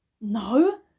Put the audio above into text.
No